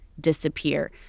disappear